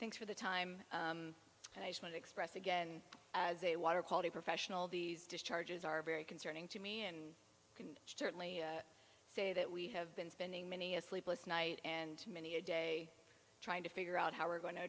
thanks for the time and iseman express again as a water quality professional these discharges are very concerning to me and can certainly say that we have been spending many a sleepless night and many a day trying to figure out how we're going to